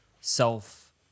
self